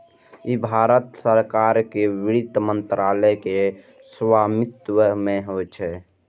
ई भारत सरकार के वित्त मंत्रालय के स्वामित्व मे छै